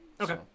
Okay